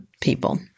people